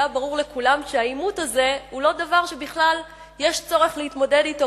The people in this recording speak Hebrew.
והיה ברור לכולם שהעימות הזה הוא לא דבר שבכלל יש צורך להתמודד אתו,